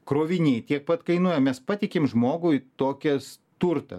kroviniai tiek pat kainuoja mes patikim žmogui tokias turtą